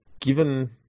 Given